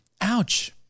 Ouch